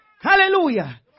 Hallelujah